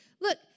look